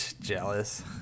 Jealous